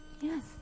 Yes